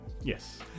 yes